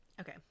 Okay